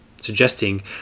suggesting